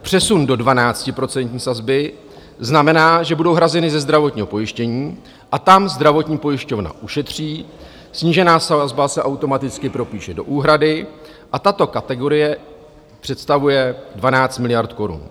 Přesun do dvanáctiprocentní sazbě znamená, že budou hrazeny ze zdravotního pojištění, a tam zdravotní pojišťovna ušetří, snížená sazba se automaticky propíše do úhrady, a tato kategorie představuje 12 miliard korun.